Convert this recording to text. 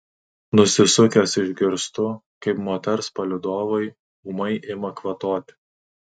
nusisukęs išgirstu kaip moters palydovai ūmai ima kvatoti